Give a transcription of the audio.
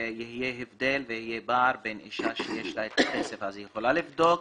ויהיה הבדל ויהיה פער בין אישה שיש לה את הכסף והיא יכולה לבדוק,